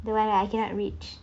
the one I cannot reach